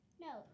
No